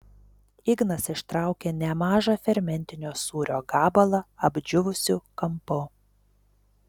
ignas ištraukė nemažą fermentinio sūrio gabalą apdžiūvusiu kampu